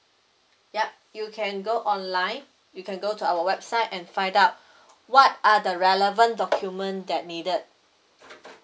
ya you can go online you can go to our website and find out what are the relevant document that needed